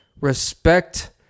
respect